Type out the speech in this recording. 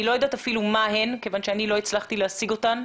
אני אפילו לא יודעת מה הן המסקנות כיוון שאני לא הצלחתי להשיג אותן.